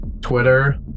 Twitter